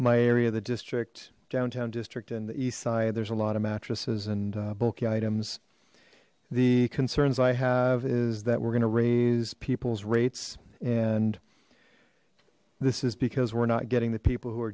my area the district downtown district and the east side there's a lot of mattresses and bulky items the concerns i have is that we're gonna raise people's rates and this is because we're not getting the people who are